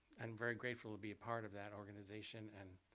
i'm very grateful to be a part of that organization. and